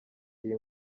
iyi